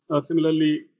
similarly